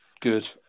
good